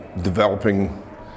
developing